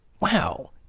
wow